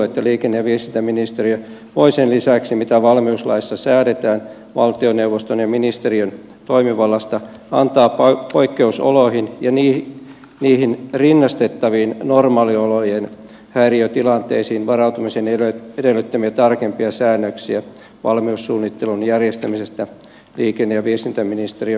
liikenne ja viestintäministeriö voi sen lisäksi mitä valmiuslaissa säädetään valtioneuvoston ja ministeriön toimivallasta antaa poikkeusoloihin ja niihin rinnastettaviin normaaliolojen häiriötilanteisiin varautumisen edellyttämiä tarkempia säännöksiä valmiussuunnittelun järjestämisestä liikenne ja viestintäministeriön asetuksella